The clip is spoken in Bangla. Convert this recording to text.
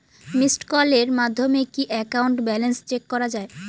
মিসড্ কলের মাধ্যমে কি একাউন্ট ব্যালেন্স চেক করা যায়?